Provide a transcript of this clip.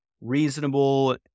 reasonable